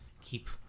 keep